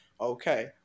okay